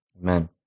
Amen